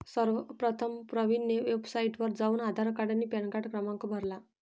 सर्वप्रथम प्रवीणने वेबसाइटवर जाऊन आधार कार्ड आणि पॅनकार्ड क्रमांक भरला